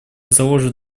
заложит